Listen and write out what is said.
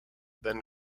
then